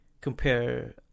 compare